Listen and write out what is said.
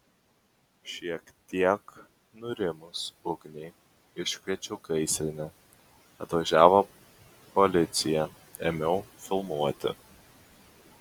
šiek tiek nurimus ugniai iškviečiau gaisrinę atvažiavo policija ėmiau filmuoti